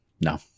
No